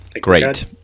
Great